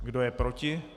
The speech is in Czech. Kdo je proti?